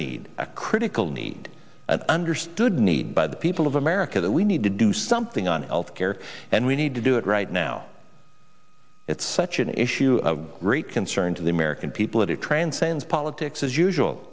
need a critical need an understood need by the people of america that we need to do something on health care and we need to do it right now it's such an issue of great concern to the american people that it transcends politics as usual